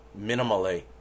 minimally